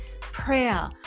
prayer